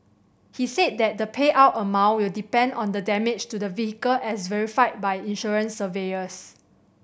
he said that the payout amount will depend on the damage to the vehicle as verified by insurance surveyors